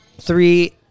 three